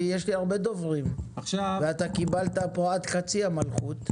יש לי הרבה דוברים ואתה קיבלת פה עד חצי המלכות,